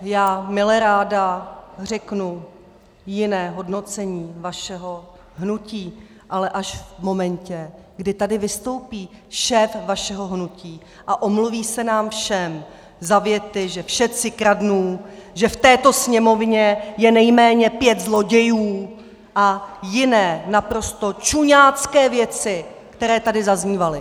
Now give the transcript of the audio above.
Já mileráda řeknu jiné hodnocení vašeho hnutí, ale až v momentě, kdy tady vystoupí šéf vašeho hnutí a omluví se nám všem za věty, že všetci kradnú, že v této Sněmovně je nejméně pět zlodějů, a jiné naprosto čuňácké věci, které tady zaznívaly!